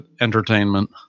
entertainment